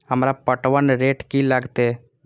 हमरा पटवन रेट की लागते?